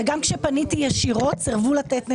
וגם כשפניתי ישירות סירבו לתת נתונים.